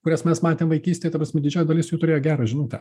kurias mes matėm vaikystėj ta prasme didžioji dalis jų turėjo gerą žinutę